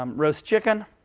um roast chicken.